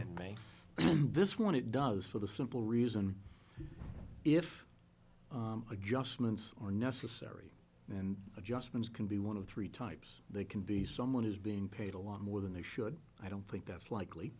on this one it does for the simple reason if adjustments are necessary and adjustments can be one of the three types they can be someone who's being paid a lot more than they should i don't think that's like